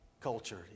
culture